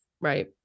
Right